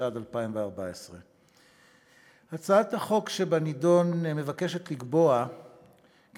התשע"ד 2014. הצעת החוק שבנדון מבקשת לקבוע כי